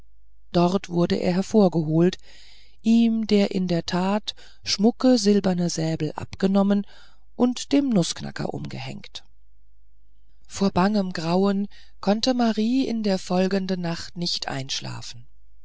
dort wurde er hervorgeholt ihm der in der tat schmucke silberne säbel abgenommen und dem nußknacker umgehängt vor bangem grauen konnte marie in der folgenden nacht nicht einschlafen